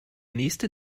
nächste